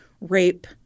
rape